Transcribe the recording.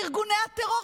לארגוני הטרור,